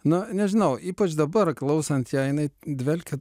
na nežinau ypač dabar klausant ją jinai dvelkia